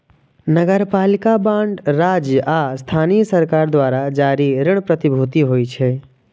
नगरपालिका बांड राज्य आ स्थानीय सरकार द्वारा जारी ऋण प्रतिभूति होइ छै